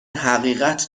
حقیقت